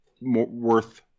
worth